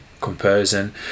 comparison